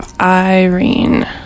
Irene